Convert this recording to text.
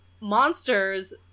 monsters